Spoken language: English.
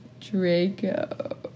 Draco